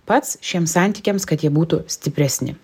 pats šiems santykiams kad jie būtų stipresni